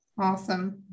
Awesome